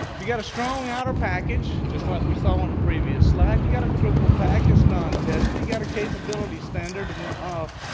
you've got a strong outer package. just like we saw on the previous slide. you've got a triple pack. its non-tested. you've got a capabilities standard of, um ah